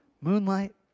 moonlight